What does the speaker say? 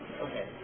Okay